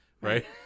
right